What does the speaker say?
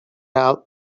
out